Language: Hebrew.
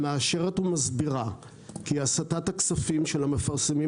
המאשרת ומסבירה כי הסטת הכספים של המפרסמים